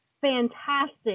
fantastic